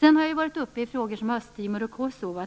med. Jag har ju tidigare ganska mycket tagit upp frågor om Östtimor och Kosova.